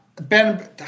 Ben